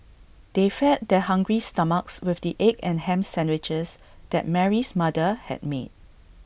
they fed their hungry stomachs with the egg and Ham Sandwiches that Mary's mother had made